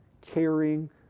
caring